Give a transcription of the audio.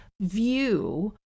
view